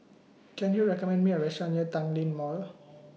Can YOU recommend Me A Restaurant near Tanglin Mall